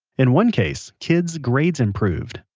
in one case, kids' grades improved,